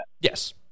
Yes